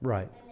Right